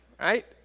Right